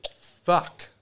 Fuck